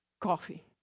coffee